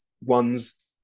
ones